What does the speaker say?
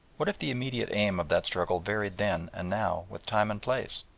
what if the immediate aim of that struggle varied then and now with time and place?